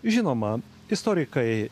žinoma istorikai